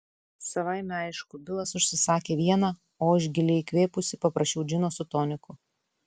savaime aišku bilas užsisakė vieną o aš giliai įkvėpusi paprašiau džino su toniku